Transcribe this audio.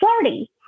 flirty